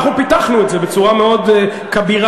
אנחנו פיתחנו את זה בצורה מאוד כבירה,